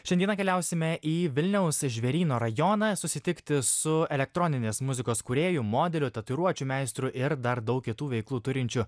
šiandieną keliausime į vilniaus žvėryno rajoną susitikti su elektroninės muzikos kūrėju modeliu tatuiruočių meistru ir dar daug kitų veiklų turinčiu